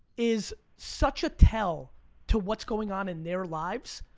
is such a tell to what's going on in their lives.